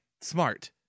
smart